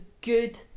good